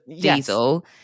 diesel